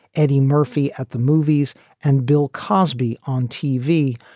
eddie murphy at the movies and bill cosby on tv,